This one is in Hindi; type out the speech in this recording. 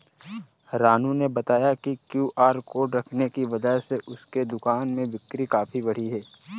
रानू ने बताया कि क्यू.आर कोड रखने की वजह से उसके दुकान में बिक्री काफ़ी बढ़ी है